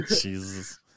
Jesus